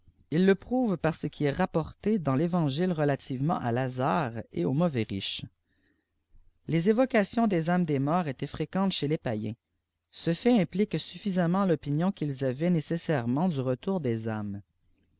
il le prouve par ce qui est rapporté dam l'evangile relativement à lazare et au mauvais riche les évocations des âmes des morts étaient fréquentes chez les païens ce fait implique suffisamment l'opinion qu'ils avaient nécessairement du retour des âmes